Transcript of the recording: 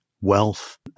wealth